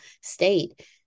state